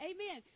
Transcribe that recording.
Amen